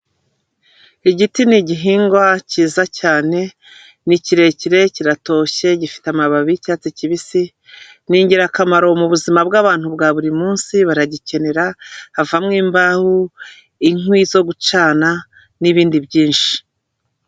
Igiti ni igihingwa cyiza cyane, ni kirekire kiratoshye, gifite amababi y'icyatsi kibisi, ni ingirakamaro mu buzima bw'abantu bwa buri munsi baragikenera, havamo imbaho, inkwi zo gucana, n'ibindi byinshi.